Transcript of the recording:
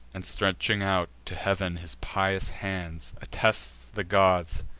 and, stretching out to heav'n his pious hands, attests the gods,